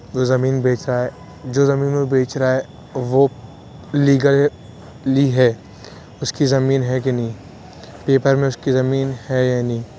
جو زمین بیچ رہا ہے جو زمین وہ بیچ رہا ہے وہ لیگل لی ہے اس کی زمین ہے کہ نہیں پیپر میں اس کی زمین ہے یا نہیں